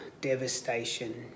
devastation